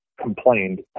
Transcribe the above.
Complained